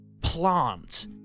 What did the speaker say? plant